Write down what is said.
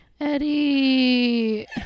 Eddie